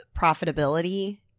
profitability